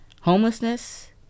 homelessness